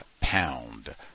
pound